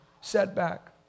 setback